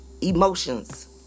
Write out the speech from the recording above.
emotions